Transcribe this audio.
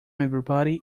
everybody